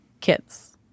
kids